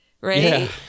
right